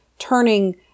Turning